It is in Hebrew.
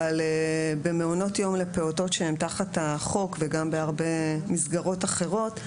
אבל במעונות יום לפעוטות שהם תחת החוק וגם בהרבה מסגרות אחרות,